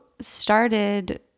started